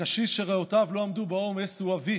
הקשיש שריאותיו לא עמדו בעומס הוא אבי,